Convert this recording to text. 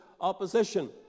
opposition